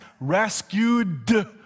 rescued